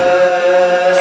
uh